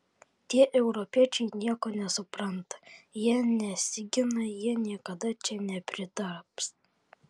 tie europiečiai nieko nesupranta jie nesigina jie niekada čia nepritaps